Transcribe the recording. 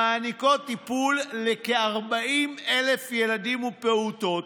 המעניקות טיפול לכ-40,000 ילדים ופעוטות,